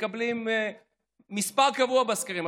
מקבלים מספר קבוע בסקרים,